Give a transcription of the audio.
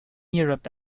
europe